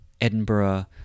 Edinburgh